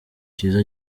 cyiza